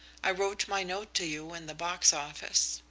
i wrote my note to you in the box office.